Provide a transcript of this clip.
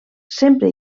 sempre